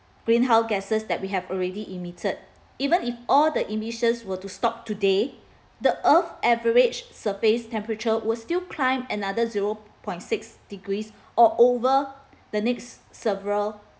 greenhouse gases that we have already emitted even if all the emissions were to stop today the earth's average surface temperature will still climb another zero point six degrees or over the next several